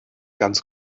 ganz